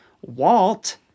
walt